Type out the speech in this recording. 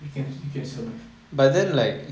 you can you can survive